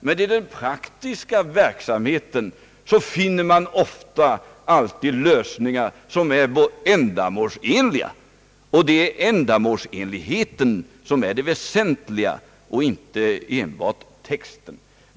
Men i den praktiska verksamheten finner man lösningar, som är ändamålsenliga. Och det är ändamålsenligheten som är det väsentliga, inte enbart texten.